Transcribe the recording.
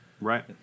Right